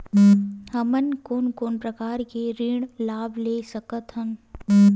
हमन कोन कोन प्रकार के ऋण लाभ ले सकत हन?